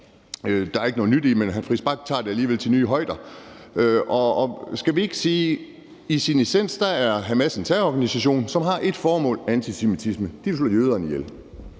er der ikke noget nyt i, men hr. Christian Friis Bach tager det alligevel til nye højder. Skal vi ikke sige, at i sin essens er Hamas en terrororganisation, som har ét formål, altså antisemitisme? De vil slå jøderne ihjel.